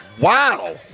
Wow